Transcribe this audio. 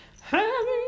Happy